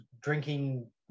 drinking